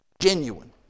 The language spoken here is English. genuine